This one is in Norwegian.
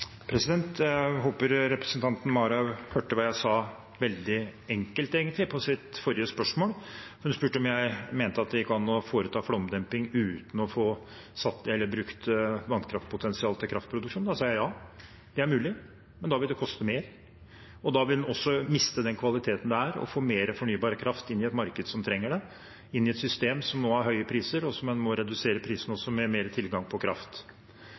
Jeg håper representanten Marhaug hørte hva jeg svarte – veldig enkelt, egentlig – på hennes forrige spørsmål. Hun spurte om jeg mente at de gikk an å foreta flomdemping uten å få brukt vannkraftpotensialet til kraftproduksjon, og da sa jeg ja. Det er mulig, men da vil det koste mer, og da vil en også miste den kvaliteten det er å få mer fornybar kraft inn i et marked som trenger det, inn i et system som nå har høye priser, og der en også må redusere prisene ved mer tilgang på kraft.